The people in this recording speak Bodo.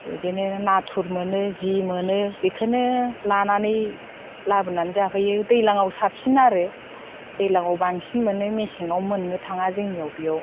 बिदिनो नाथुर मोनो जि मोनो बेखौनो लाबोनानै जाफैयो दैज्लांआव साबसिन आरो दैज्लांआव बांसिन मोनो मेसेंआव मोननो थाङा जोंनियाव बेयाव